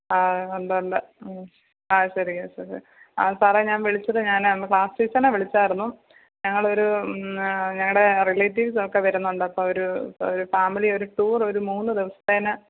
ആ ഉണ്ട് ഉണ്ട് ഉം അ ശരിയാ ശരിയാ സാറേ ഞാൻ വിളിച്ചത് ഞാനന്ന് ക്ലാസ്സ് ടീച്ചറെ വിളിച്ചായിരുന്നു ഞങ്ങളൊരു ഞങ്ങളുടെ റിലേറ്റീവ്സ് ഒക്കെ വരുന്നുണ്ട് അപ്പം അവര് ഒരു ഫാമിലി ഒരു ടൂർ ഒരു മൂന്ന് ദിവസത്തേന്